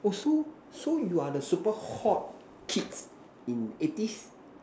oh so so you are the super hot kids in eighties